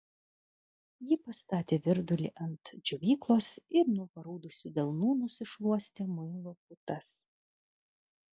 ji pastatė virdulį ant džiovyklos ir nuo paraudusių delnų nusišluostė muilo putas